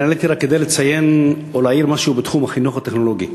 אני עליתי רק כדי לציין או להעיר משהו בתחום החינוך הטכנולוגי.